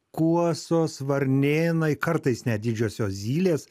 kuosos varnėnai kartais net didžiosios zylės